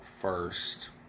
first